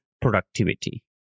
productivity